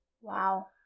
Wow